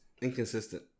inconsistent